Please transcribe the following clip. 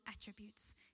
attributes